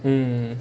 hmm